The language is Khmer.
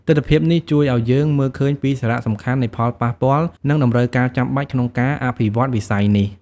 ទិដ្ឋភាពនេះ ជួយឱ្យយើងមើលឃើញពីសារៈសំខាន់នៃផលប៉ះពាល់ និងតម្រូវការចាំបាច់ក្នុងការអភិវឌ្ឍន៍វិស័យនេះ។